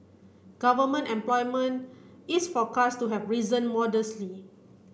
government employment is forecast to have risen modestly